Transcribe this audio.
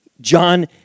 John